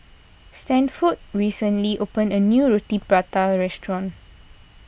Stanford recently opened a new Roti Prata restaurant